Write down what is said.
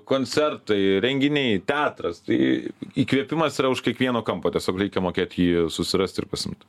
koncertai renginiai teatras tai įkvėpimas yra už kiekvieno kampo tiesiog reikia mokėt jį susirast ir pasiimt